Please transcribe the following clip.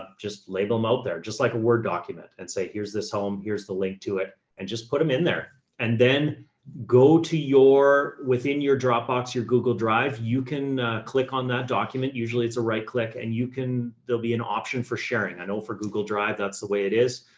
just label them out there, just like a word document and say, here's this home, here's the link to it. and just put them in there and then go to your, within your dropbox, your google drive, you can click on that document. usually it's a right click and you can, there'll be an option for sharing. i know for google drive, that's the way it is.